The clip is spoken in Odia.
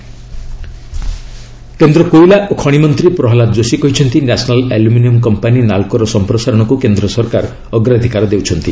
ନାଲ୍କୋ ଏକ୍ଟପାନ୍ସନ୍ କେନ୍ଦ୍ର କୋଇଲା ଓ ଖଣି ମନ୍ତ୍ରୀ ପ୍ରହଲ୍ଲାଦ ଯୋଶୀ କହିଚ୍ଚନ୍ତି ନ୍ୟାସନାଲ୍ ଆଲୁମିନିୟମ୍ କମ୍ପାନୀ ନାଲ୍କୋର ସମ୍ପ୍ରସାରଣକୁ କେନ୍ଦ୍ର ସରକାର ଅଗ୍ରାଧିକାର ଦେଉଛନ୍ତି